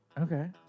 Okay